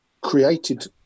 created